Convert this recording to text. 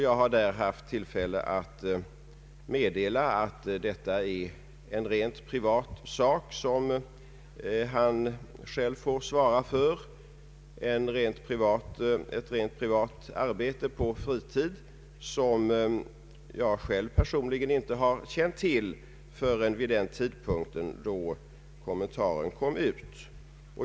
Jag hade då tillfälle att meddela att detta är en rent privat utgåva, som författaren själv får svara för. Det rör sig om ett privat arbete, utfört på fritid, som jag personligen inte har känt till förrän vid den tidpunkt då kommentaren gavs ut.